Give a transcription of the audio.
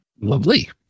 Lovely